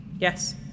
Yes